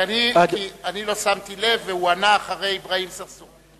כי אני לא שמתי לב, והוא ענה אחרי אברהים צרצור.